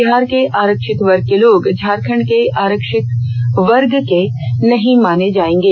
बिहार के आरक्षित वर्ग के लोग झारखंड के आरक्षित वर्ग के नहीं माने जाएंगे